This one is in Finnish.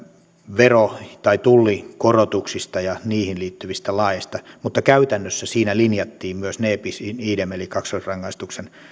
vero tai tullikorotuksista ja niihin liittyvistä laeista mutta käytännössä siinä linjattiin myös ne bis in idem periaatetta eli kaksoisrangaistuksen